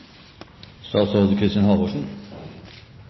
statsråd Halvorsen